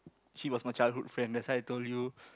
she was my childhood friend that's why I told you